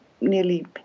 nearly